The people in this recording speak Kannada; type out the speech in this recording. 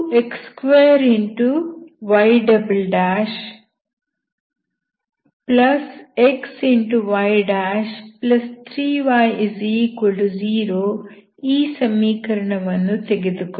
2x2yxy3y0 ಈ ಸಮೀಕರಣವನ್ನು ತೆಗೆದುಕೊಳ್ಳಿ